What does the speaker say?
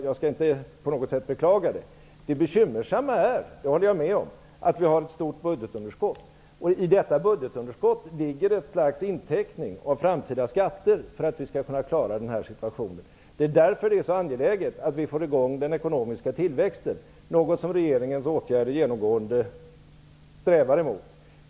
Jag skall inte på något sätt beklaga denna utveckling, men det bekymmersamma är att vi har ett stort budgetunderskott. I detta ligger ett slags inteckning av framtida skatter för att vi skall klara denna situation. Det är därför som det är så angeläget att vi får i gång den ekonomiska tillväxten, något som regeringens åtgärder är inriktade på.